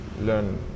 learn